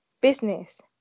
business